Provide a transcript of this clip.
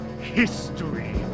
history